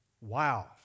Wow